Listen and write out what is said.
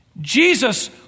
Jesus